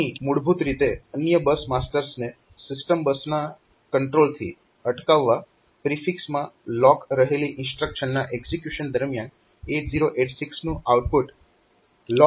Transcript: તો અહીં મૂળભૂત રીતે અન્ય બસ માસ્ટર્સને સિસ્ટમ બસના કંટ્રોલથી અટકાવવા પ્રિફિક્સમાં લોક રહેલી ઇન્સ્ટ્રક્શન્સના એક્ઝીક્યુશન દરમિયાન 8086 નું આઉટપુટ LOCK પિન પર લો હોય છે